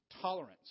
tolerance